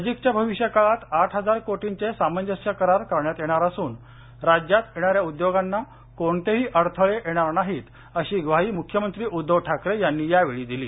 नजीकच्या भविष्यकाळात आठ हजार कोटींचे सामजंस्य करार करण्यात येणार असून राज्यात येणाऱ्या उद्योगांना कोणतेही अडथळे येणार नाहीत अशी ग्वाही मुख्यमंत्री उद्धव ठाकरे यांनी यावेळी दिली